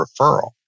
referral